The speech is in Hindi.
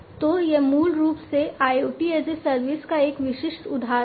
तो यह मूल रूप से IoT एज ए सर्विस का एक विशिष्ट उदाहरण है